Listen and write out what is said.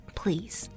please